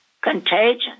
contagion